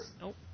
Nope